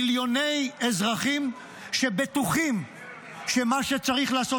מיליוני אזרחים שבטוחים שמה שצריך לעשות